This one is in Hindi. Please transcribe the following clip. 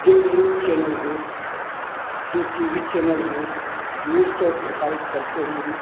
जो न्यूज चैनल हैं जो टी वी चैनल हैं न्यूज तो प्रसारित करते ही है